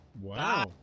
Wow